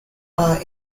are